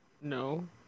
No